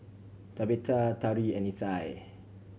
Tabetha Tari and Isai